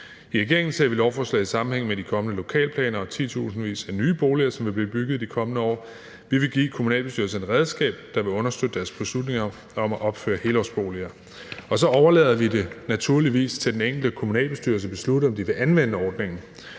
I regeringen ser vi lovforslaget i sammenhæng med de kommende lokalplaner med titusindvis af nye boliger, som vil blive bygget i de kommende år. Vi vil give kommunalbestyrelserne et redskab, der vil understøtte deres beslutning om at opføre helårsboliger. Så overlader vi det naturligvis til den enkelte kommunalbestyrelse at beslutte, om de vil anvende ordningen.